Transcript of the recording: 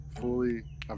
fully